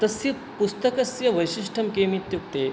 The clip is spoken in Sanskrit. तस्य पुस्तकस्य वैशिष्ट्यं किमित्युक्ते